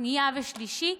שנייה ושלישית,